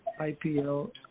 IPL